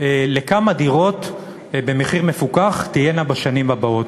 של כמה דירות במחיר מפוקח תהיינה בשנים הבאות.